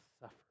suffer